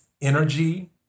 energy